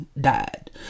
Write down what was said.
died